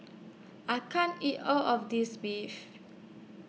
I can't eat All of This Beef